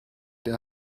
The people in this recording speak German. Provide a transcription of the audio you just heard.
der